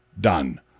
Done